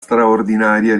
straordinaria